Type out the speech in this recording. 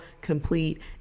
complete